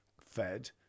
fed